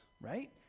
right